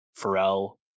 Pharrell